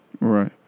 Right